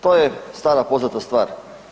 To je stara poznata stvar.